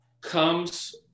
comes